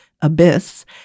Abyss